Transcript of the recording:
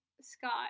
scott